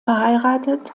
verheiratet